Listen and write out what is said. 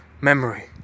memory